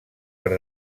per